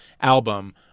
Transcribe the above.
album